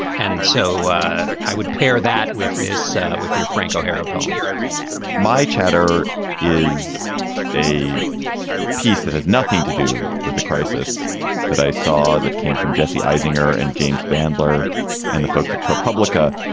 and so ah i would pair that with this with your frank o'hara poems my chatter is a piece that has nothing to do with the crisis that i saw that came from jessi azinger and james bandler and the folks at propublica,